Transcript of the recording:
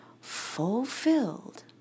fulfilled